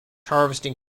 harvesting